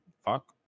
fuck